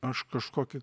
aš kažkokį